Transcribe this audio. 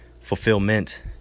fulfillment